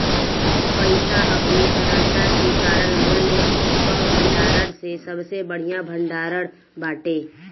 पईसा अपनी तरलता के कारण मूल्य कअ भंडारण में सबसे बढ़िया भण्डारण बाटे